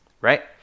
Right